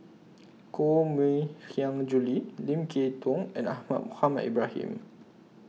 Koh Mui Hiang Julie Lim Kay Tong and Ahmad Mohamed Ibrahim